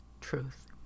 truth